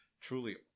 truly